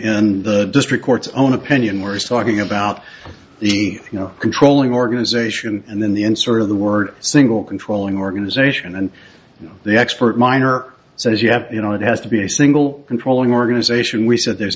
the district court's own opinion we're just talking about you know controlling organization and then the in sort of the word single controlling organization and the expert miner says you have you know it has to be a single controlling organization we said there's